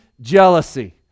jealousy